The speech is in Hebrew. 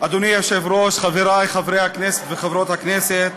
אדוני היושב-ראש, חברי חברי הכנסת וחברות הכנסת,